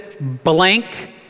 blank